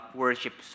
worship